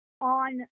on